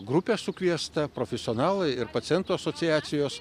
grupė sukviesta profesionalai ir pacientų asociacijos